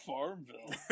Farmville